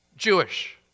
Jewish